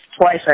Twice